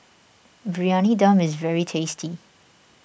Briyani Dum is very tasty